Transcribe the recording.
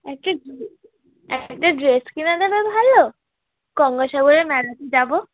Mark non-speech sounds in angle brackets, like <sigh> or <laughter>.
একটা <unintelligible> একটা ড্রেস কিনে দেবে ভালো গঙ্গাসাগরের মেলাতে যাব